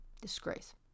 disgrace